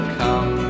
come